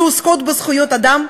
שעוסקות בזכויות אדם,